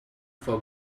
for